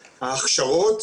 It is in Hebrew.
ההכשרות,